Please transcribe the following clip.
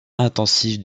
intensive